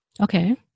Okay